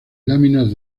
láminas